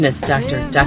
Doctor